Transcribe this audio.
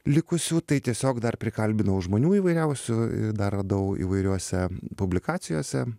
likusių tai tiesiog dar prikalbinau žmonių įvairiausių dar radau įvairiose publikacijose